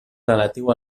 relatiu